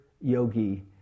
yogi